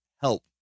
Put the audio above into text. help